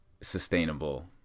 sustainable